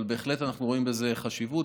אבל בהחלט אנחנו רואים בזה חשיבות.